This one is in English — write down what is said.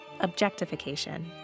objectification